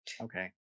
okay